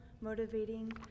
motivating